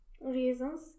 reasons